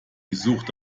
suchte